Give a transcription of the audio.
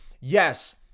Yes